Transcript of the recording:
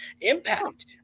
Impact